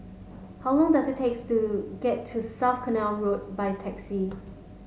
how long does it takes to get to South Canal Road by taxi